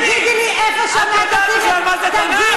תגידי לי איפה שמעת, את למדת פעם את התנ"ך בכלל?